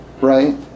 right